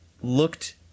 looked